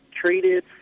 treated